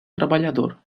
trabalhador